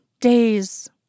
days